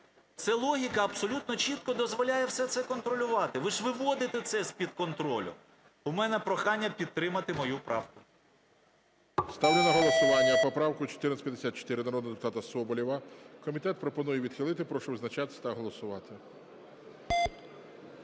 це логіка абсолютно чітко дозволяє все це контролювати. Ви ж виводите це з-під контролю. У мене прохання підтримати мою правку. ГОЛОВУЮЧИЙ. Ставлю на голосування поправку 1454 народного депутата Соболєва. Комітет пропонує відхилити. Прошу визначатись та голосувати.